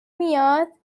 میاد